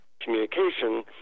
communication